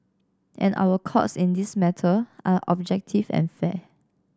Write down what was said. and our Courts in this matter are objective and fair